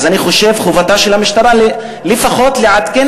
אז אני חושב שחובתה של המשטרה לפחות לעדכן